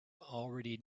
already